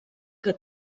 que